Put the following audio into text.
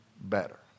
better